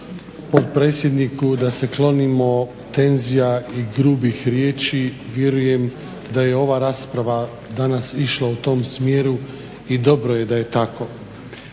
potpredsjedniku da se klonimo tenzija i grubih riječi vjerujem da je ova rasprava danas išla u tom smjeru i dobro je da je tako.